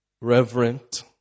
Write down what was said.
reverent